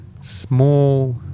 small